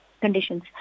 conditions